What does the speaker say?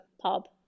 pub